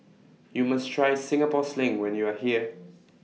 YOU must Try Singapore Sling when YOU Are here